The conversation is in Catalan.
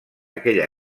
aquella